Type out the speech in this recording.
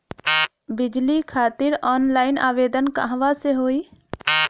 बिजली खातिर ऑनलाइन आवेदन कहवा से होयी?